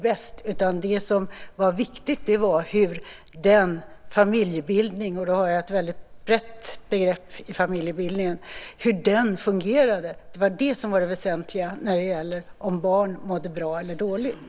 Det som var viktigt var hur familjebildningen - och då lägger jag in en väldigt bred betydelse i det begreppet - fungerande. Det var det som var det väsentliga för om barn mådde bra eller dåligt.